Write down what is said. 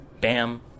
Bam